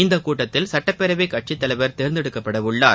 இக்கூட்டத்தில் சட்டப்பேரவை கட்சித் தலைவர் தேர்ந்தெடுக்கப்படவுள்ளார்